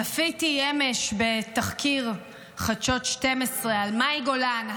צפיתי אמש בתחקיר חדשות 12 על מאי גולן,